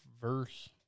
verse